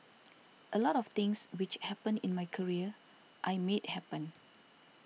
a lot of things which happened in my career I made happen